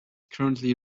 currently